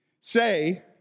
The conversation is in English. say